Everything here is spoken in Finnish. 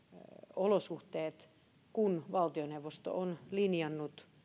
olosuhteet kun valtioneuvosto on linjannut